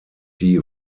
die